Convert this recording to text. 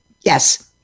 Yes